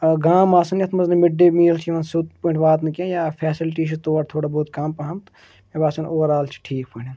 گام آسان یَتھ منٛز نہٕ مِڈ ڈے میٖل چھِ یِوان سیوٚد پٲٹھۍ واتنہٕ کینٛہہ یا فیسَلٹی چھِ تور تھوڑا بہت کَم پَہَم تہٕ مےٚ باسان اوٚوَرآل چھِ ٹھیٖک پٲٹھۍ